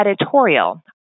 editorial